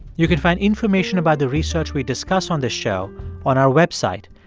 you can find information about the research we discuss on this show on our website,